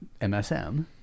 MSM